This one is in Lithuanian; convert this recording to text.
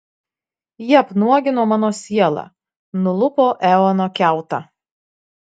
ji apnuogino mano sielą nulupo eono kiautą